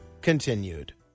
continued